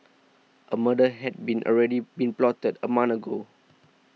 a murder had been already been plotted a month ago